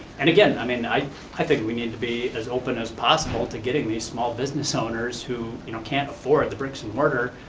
and again, i mean i i think we need to be as open as possible, to getting these small business owner, who you know can't afford the bricks and mortar,